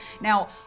Now